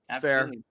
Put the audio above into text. fair